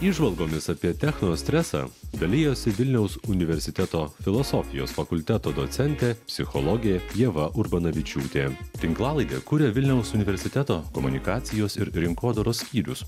įžvalgomis apie technostresą dalijosi vilniaus universiteto filosofijos fakulteto docentė psichologė ieva urbanavičiūtė tinklalaidę kuria vilniaus universiteto komunikacijos ir rinkodaros skyrius